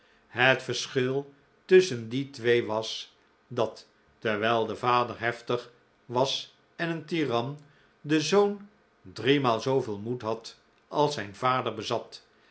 het verschil tusschen die twee was dat terwijl de vader heftig was en een tiran de zoon driemaal zooveel moed als zijn vader bezat